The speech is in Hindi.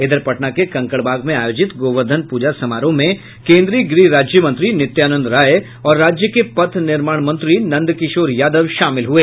इधर पटना के कंकड़बाग में आयोजित गोवर्धन प्रजा समारोह में केन्द्रीय गृह राज्यमंत्री नित्यानंद राय और राज्य के पथ निर्माण मंत्री नंद किशोर यादव शामिल हुए